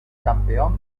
campeón